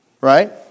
right